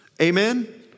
Amen